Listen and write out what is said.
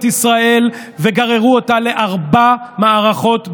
ישראל וגררו אותה לארבע מערכות בחירות.